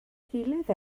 gilydd